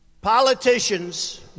Politicians